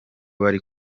bari